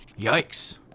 Yikes